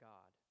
God